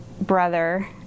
brother